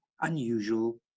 unusual